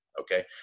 Okay